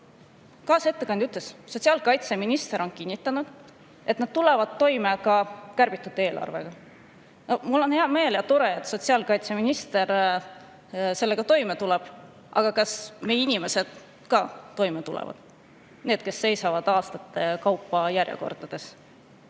sotsiaalvaldkonnas, et sotsiaalkaitseminister on kinnitanud, et nad tulevad toime ka kärbitud eelarvega. Mul on hea meel. Tore, et sotsiaalkaitseminister sellega toime tuleb. Aga kas meie inimesed ka toime tulevad, need, kes seisavad aastate kaupa järjekordades?